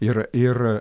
ir ir